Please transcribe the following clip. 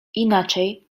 inaczej